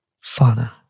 Father